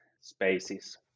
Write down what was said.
spaces